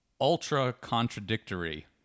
ultra-contradictory